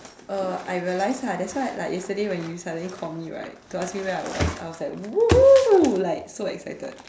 uh I realized lah that's why like yesterday when you suddenly called me right to ask me where I was I was like !woohoo! like so excited